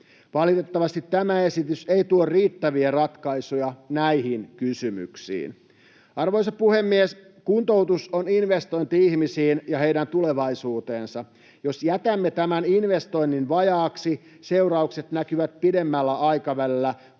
Valitettavasti tämä esitys ei tuo riittäviä ratkaisuja näihin kysymyksiin. Arvoisa puhemies! Kuntoutus on investointi ihmisiin ja heidän tulevaisuuteensa. Jos jätämme tämän investoinnin vajaaksi, seuraukset näkyvät pidemmällä aikavälillä